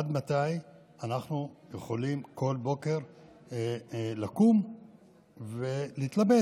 עד מתי אנחנו יכולים בכל בוקר לקום ולהתלבט